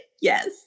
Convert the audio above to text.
Yes